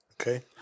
Okay